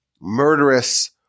murderous